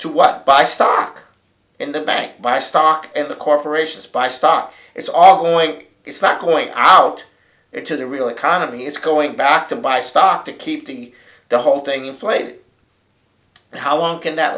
to what buy stock in the bank buy stock in the corporations buy start it's all going it's not going out into the real economy is going back to buy stock to keep the the whole thing inflated and how long can that